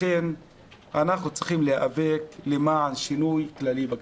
לכן אנחנו צריכים להיאבק למען שינוי כללי בגישה.